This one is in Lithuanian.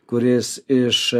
kuris iš